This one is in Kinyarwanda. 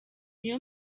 niyo